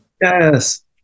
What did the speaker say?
Yes